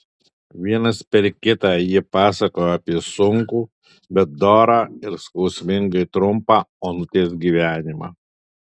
vienas per kitą jie pasakojo apie sunkų bet dorą ir skausmingai trumpą onutės gyvenimą